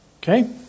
Okay